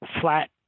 flat